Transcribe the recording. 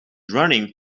running